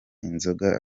inzoga